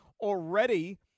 already